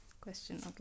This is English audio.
question